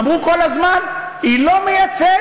אמרו כל הזמן שהיא לא מייצאת,